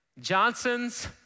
Johnson's